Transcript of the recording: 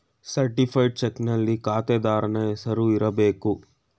certified ಚಕ್ನಲ್ಲಿ ಖಾತೆದಾರನ ಹೆಸರು ಇರಬೇಕು